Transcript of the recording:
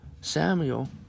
Samuel